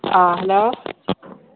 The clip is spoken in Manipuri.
ꯑꯥ ꯍꯜꯂꯣ